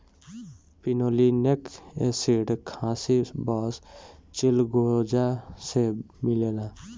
pinolenic acid खासी बस चिलगोजा से मिलेला